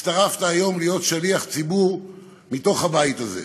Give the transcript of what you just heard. הצטרפת היום להיות שליח ציבור מתוך הבית הזה.